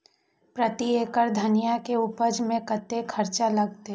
प्रति एकड़ धनिया के उपज में कतेक खर्चा लगते?